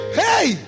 hey